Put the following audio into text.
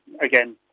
Again